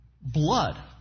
blood